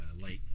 light